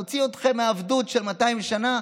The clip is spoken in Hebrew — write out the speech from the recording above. הוא מוציא אתכם מעבדות של 200 שנה.